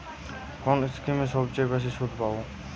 কোন স্কিমে সবচেয়ে বেশি সুদ পাব?